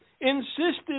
insisted